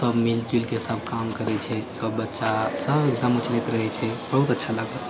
सभ मिली जुलिके सभ काम करै छै सभ बच्चा सभ एकदम उछलैत रहै छै बहुत अच्छा लागत